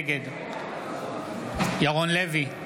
נגד ירון לוי,